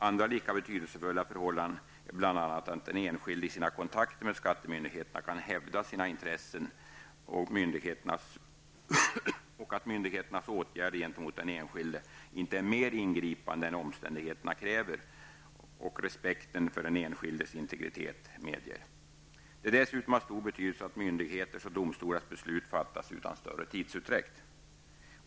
Andra lika betydelsefulla förhållanden är bl.a. att den enskilde i sina kontakter med skattemyndigheterna skall kunna hävda sina intressen och att myndigheternas åtgärder gentemot den enskilde inte är mer ingripande än omständigheterna kräver och respekten för den enskildes integritet medger. Det är dessutom av stor betydelse att myndigheters och domstolars beslut fattas utan större tidsutdräkt.